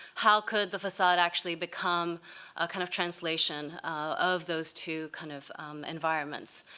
how could the facade actually become a kind of translation of those two kind of environments?